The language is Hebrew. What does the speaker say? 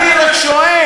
אני רק שואל,